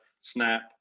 snap